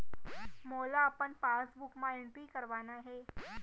मोला अपन पासबुक म एंट्री करवाना हे?